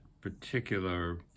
particular